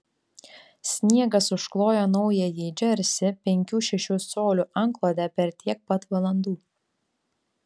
sniegas užkloja naująjį džersį penkių šešių colių antklode per tiek pat valandų